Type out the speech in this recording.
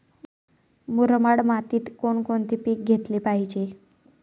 मुरमाड मातीत कोणकोणते पीक घेतले पाहिजे?